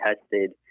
tested